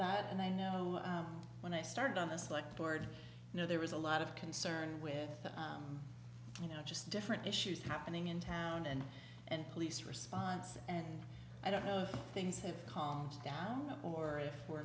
that and i know when i started on this like board you know there was a lot of concern with you know just different issues happening in town and and police response and i don't know things have calmed down or if we're